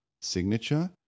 signature